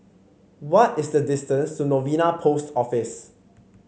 what is the distance to Novena Post Office